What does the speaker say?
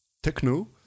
techno